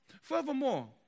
Furthermore